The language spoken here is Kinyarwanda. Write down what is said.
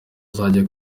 zize